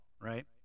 right